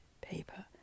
paper